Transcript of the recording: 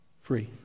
free